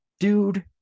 dude